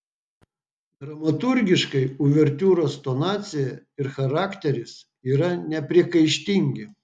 dramaturgiškai uvertiūros tonacija ir charakteris yra nepriekaištingi